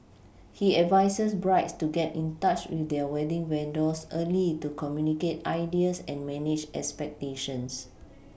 he advises brides to get in touch with their wedding vendors early to communicate ideas and manage expectations